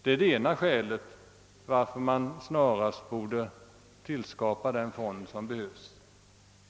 Det är det ena skälet till att man snarast borde tillskapa den fond som behövs.